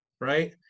right